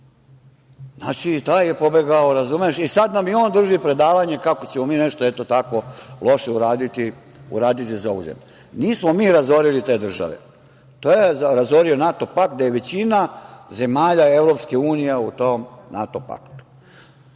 Znači, i taj je pobegao i sad nam i on drži predavanje kako ćemo mi nešto, eto tako, loše uraditi za ovu zemlju. Nismo mi razorili te države, to je razorio NATO pakt, gde je većina zemalja EU u tom NATO paktu.